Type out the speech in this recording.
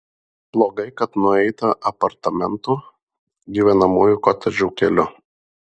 blogai kad nueita apartamentų gyvenamųjų kotedžų keliu